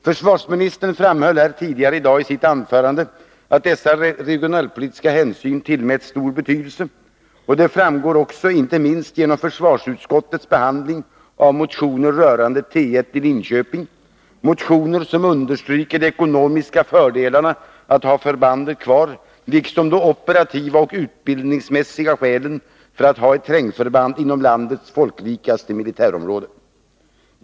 Försvarsministern framhöll tidigare här i dag i sitt anförande att dessa regionalpolitiska hänsyn tillmätts stor betydelse, och det framgår också inte minst genom försvarsutskottets behandling av motioner rörande T1 i Linköping, motioner som understryker de ekonomiska fördelarna av att ha förbandet kvar liksom de operativa och utbildningsmässiga skälen för att ha ett terrängförband inom landets folkrikaste militärområde.